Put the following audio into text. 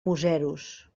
museros